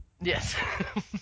Yes